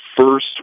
first